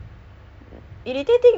a'ah apa tu